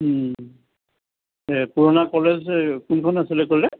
উম এই পুৰণা কলেজ এই কোনখন আছিলে ক'লে